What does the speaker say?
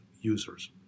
users